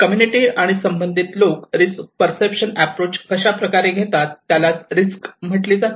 community आणि संबंधित लोक रिस्क पर्सेप्शन अप्रोच कशाप्रकारे घेतात त्यालाच रिस्क म्हटले जाते